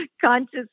conscious